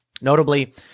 Notably